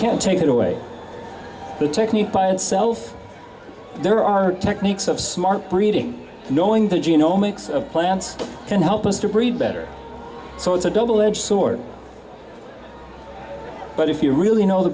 can take away the technique by itself there are techniques of smart breeding knowing that genomics of plants can help us to breed better so it's a double edged sword but if you really know the